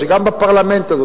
שגם בפרלמנט הזה,